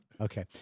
Okay